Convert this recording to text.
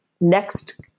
next